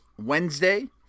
Wednesday